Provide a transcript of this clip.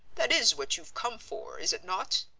that is what you've come for, is it not?